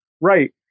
right